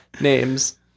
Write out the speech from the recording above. names